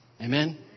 Amen